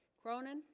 cronin